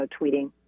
tweeting